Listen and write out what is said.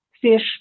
fish